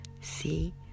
see